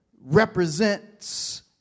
Represents